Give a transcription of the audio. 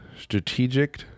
Strategic